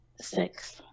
Six